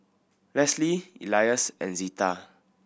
Lesly Elias and Zeta